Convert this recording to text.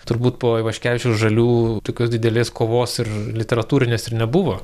turbūt po ivaškevičiaus žalių tokios didelės kovos ir literatūrinės ir nebuvo